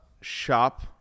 shop